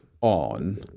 on